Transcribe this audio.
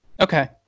Okay